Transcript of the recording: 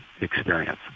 experience